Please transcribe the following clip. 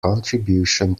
contribution